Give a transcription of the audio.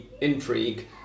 intrigue